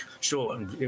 sure